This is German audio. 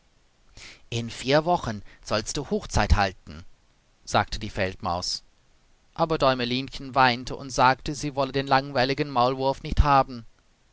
in vier wochen sollst du hochzeit halten sagte die feldmaus aber däumelinchen weinte und sagte sie wolle den langweiligen maulwurf nicht haben